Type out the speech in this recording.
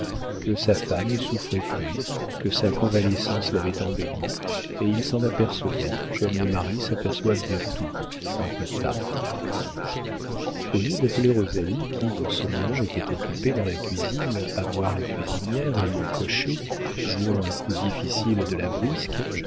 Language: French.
que sa femme ne souffrait plus que sa convalescence l'avait embellie et il s'en apercevait comme les maris s'aperçoivent de tout un peu tard au lieu d'appeler rosalie qui dans ce moment était occupée dans la cuisine à voir la cuisinière et le cocher jouant un coup difficile de la brisque